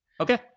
Okay